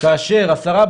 כמשרד התחבורה,